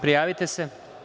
Prijavite se.